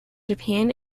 japan